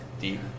deep